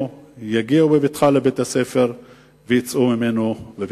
יגיעו בבטחה לבית-הספר ויצאו ממנו בבטחה.